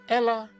Ella